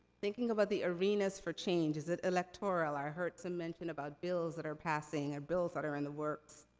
thinking about the arenas for change. is it electoral? i heard some mention about bills that are passing, or bills that are in the works.